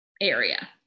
area